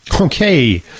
Okay